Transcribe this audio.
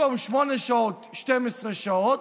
במקום שמונה שעות עבד 12 שעות,